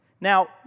Now